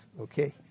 okay